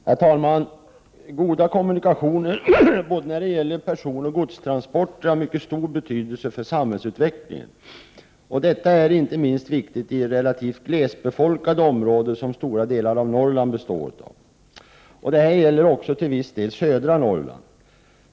Herr talman! Goda kommunikationer när det gäller både personoch godstransporter har mycket stor betydelse för samhällsutvecklingen. Detta är inte minst viktigt i relativt glesbefolkade områden, som stora delar av Norrland är. Detta gäller också till viss del södra Norrland.